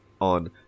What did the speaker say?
on